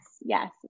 yes